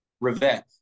Rivet